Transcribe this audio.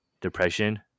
depression